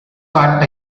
got